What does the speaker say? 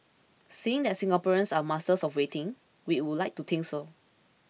seeing that Singaporeans are masters of waiting we would like to think so